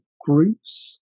groups